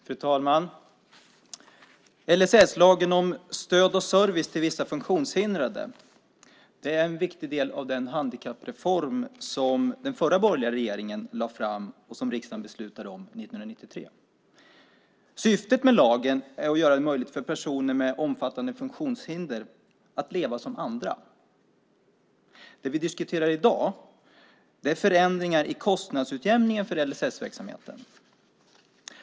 Fru talman! LSS, lagen om stöd och service till vissa funktionshindrade, är en viktig del av den handikappreform som den förra borgerliga regeringen lade fram och som riksdagen beslutade om 1993. Syftet med lagen är att göra det möjligt för personer med omfattande funktionshinder att leva som andra. Det vi diskuterar i dag är förändringar i kostnadsutjämningen för LSS-verksamheten.